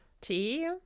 tea